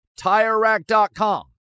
TireRack.com